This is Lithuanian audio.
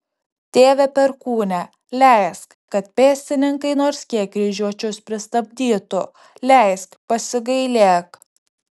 tėve perkūne leisk kad pėstininkai nors kiek kryžiuočius pristabdytų leisk pasigailėk